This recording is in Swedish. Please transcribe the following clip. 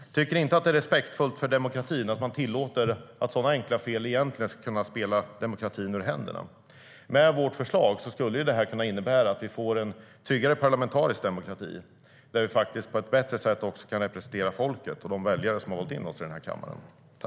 Jag tycker inte att det är respektfullt mot demokratin att tillåta att sådana enkla fel låter demokratin gå oss ur händerna.